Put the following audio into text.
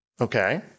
Okay